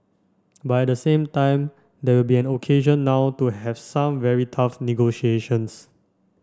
but at the same time there will be an occasion now to have some very tough negotiations